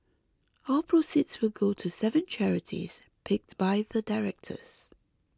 all proceeds will go to seven charities picked by the directors